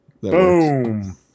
Boom